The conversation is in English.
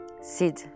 Sid